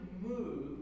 move